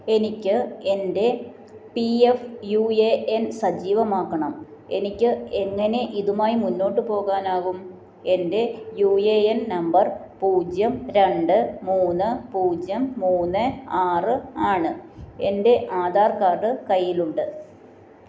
എനിക്ക് എന്റെ P F U A N സജീവമാക്കണം എനിക്ക് എങ്ങനെ ഇതുമായി മുന്നോട്ട് പോകാനാകും എന്റെ യൂ ഏ എൻ നമ്പർ പൂജ്യം രണ്ട് മൂന്ന് പൂജ്യം മൂന്ന് ആറ് ആണ് എന്റെ ആധാർ കാർഡ് കയ്യിലുണ്ട്